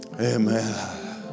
Amen